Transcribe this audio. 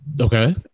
Okay